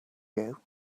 you